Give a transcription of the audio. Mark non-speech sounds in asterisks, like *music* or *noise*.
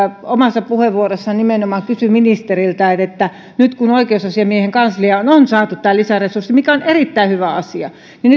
omassa puheenvuorossaan kysyi ministeriltä että nyt kun oikeusasiamiehen kansliaan on saatu tämä lisäresurssi mikä on erittäin hyvä asia niin *unintelligible*